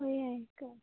ꯍꯣꯏ ꯌꯥꯏꯌꯦ ꯀꯛꯑꯣ